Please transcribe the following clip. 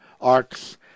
arcs